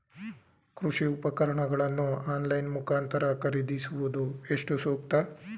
ಕೃಷಿ ಉಪಕರಣಗಳನ್ನು ಆನ್ಲೈನ್ ಮುಖಾಂತರ ಖರೀದಿಸುವುದು ಎಷ್ಟು ಸೂಕ್ತ?